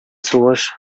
сугыш